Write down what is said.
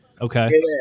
Okay